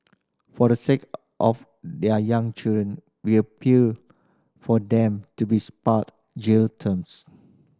for the sake of their young children we appeal for them to be spared jail terms